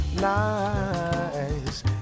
nice